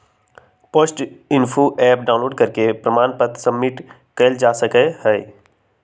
post info app download करके प्रमाण पत्र सबमिट कइल जा सका हई